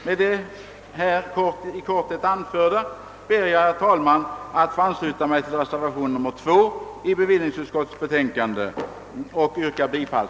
Med vad jag här i korthet anfört ber jag, herr talman, att få ansluta mig till reservationen 2, till vilken jag yrkar bifall.